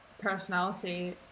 personality